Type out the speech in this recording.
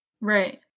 Right